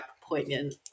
poignant